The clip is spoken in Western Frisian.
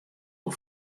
wol